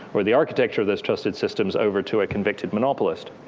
or the architecture of those trusted systems over to a convicted monopolist.